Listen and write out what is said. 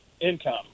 income